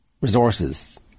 resources